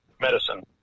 Medicine